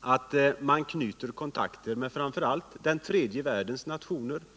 att man knyter kontakter med framför allt den tredje världens nationer.